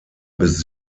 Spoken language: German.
bis